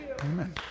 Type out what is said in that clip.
Amen